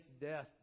death